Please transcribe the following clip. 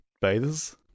bathers